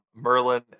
Merlin